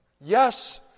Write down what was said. Yes